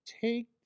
take